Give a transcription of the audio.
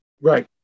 Right